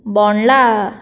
Bondla